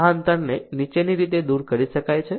આ અંતરને નીચેની રીતે દૂર કરી શકાય છે